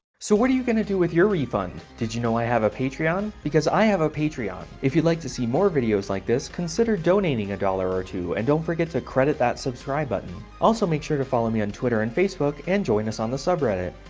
so what are you going to do with your refund? did you know i have a patreon? because i have a patreon, if you'd like to see more videos like this, consider donating a dollar or two and don't forget to credit that subscribe button. also make sure to follow me on twitter and facebook and join us on the subreddit.